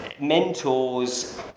mentors